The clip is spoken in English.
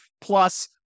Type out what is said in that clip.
Plus